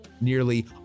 nearly